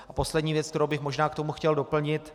A poslední věc, kterou bych možná k tomu chtěl doplnit.